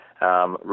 Right